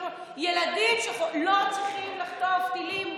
ילדים לא צריכים לחטוף טילים,